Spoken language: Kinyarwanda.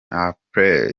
alpes